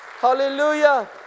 Hallelujah